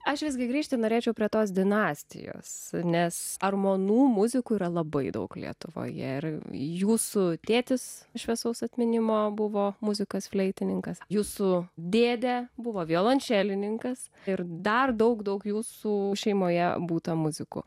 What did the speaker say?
aš visgi grįžti norėčiau prie tos dinastijos nes armonų muzikų yra labai daug lietuvoje ir jūsų tėtis šviesaus atminimo buvo muzikas fleitininkas jūsų dėdė buvo violončelininkas ir dar daug daug jūsų šeimoje būta muzikų